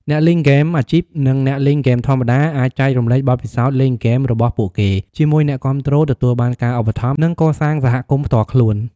អ្នកលេងហ្គេមអាជីព និងអ្នកលេងហ្គេមធម្មតាអាចចែករំលែកបទពិសោធន៍លេងហ្គេមរបស់ពួកគេជាមួយអ្នកគាំទ្រ ទទួលបានការឧបត្ថម្ភ និងកសាងសហគមន៍ផ្ទាល់ខ្លួន។